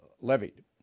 levied